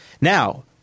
now